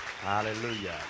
Hallelujah